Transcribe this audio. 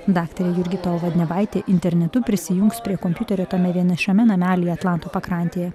daktarė jurgita ovadnevaitė internetu prisijungs prie kompiuterio tame vienišame namelyje atlanto pakrantėje